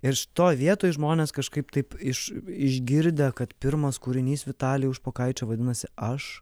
ir šitoj vietoj žmonės kažkaip taip iš išgirdę kad pirmas kūrinys vitalijaus špokaičio vadinasi aš